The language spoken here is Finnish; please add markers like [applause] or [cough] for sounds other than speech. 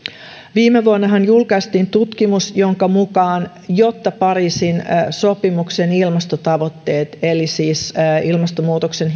viime vuonnahan julkaistiin tutkimus jonka mukaan jotta pariisin sopimuksen ilmastotavoitteet eli siis ilmastonmuutoksen [unintelligible]